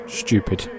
stupid